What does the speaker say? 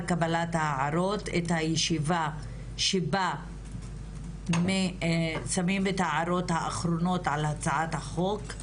קבלת ההערות את הישיבה שבה שמים את ההערות האחרונות על הצעת החוק,